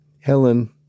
Helen